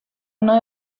uno